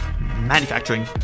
manufacturing